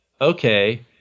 okay